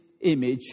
image